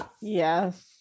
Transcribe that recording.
yes